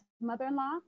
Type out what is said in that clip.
mother-in-law